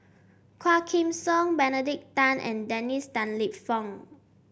Quah Kim Song Benedict Tan and Dennis Tan Lip Fong